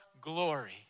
glory